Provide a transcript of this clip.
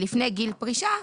לפני גיל פרישה,